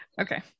okay